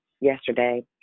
Yesterday